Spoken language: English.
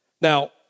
Now